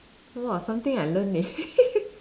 !wah! something I learn eh